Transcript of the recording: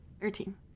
Thirteen